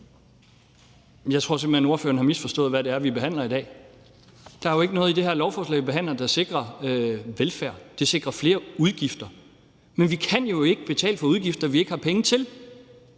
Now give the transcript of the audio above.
Jeg tror simpelt hen, ordføreren har misforstået, hvad det er, vi behandler i dag. Der er jo ikke noget i det her lovforslag, vi behandler, der sikrer velfærd. Det sikrer flere udgifter, men vi kan jo ikke betale for udgifter, vi ikke har penge til.